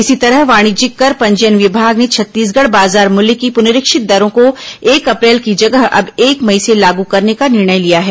इसी तरह वाणिज्यिक कर पंजीयन विभाग ने छत्तीसगढ़ बाजार मूल्य की पुनरीक्षित दरों को एक अप्रैल की जगह अब एक मई से लागू करने का निर्णय लिया है